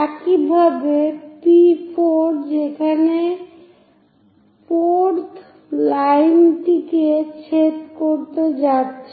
একইভাবে P4 যেখানে 4th লাইনটি ছেদ করতে যাচ্ছে